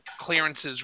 clearances